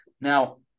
Now